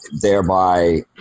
thereby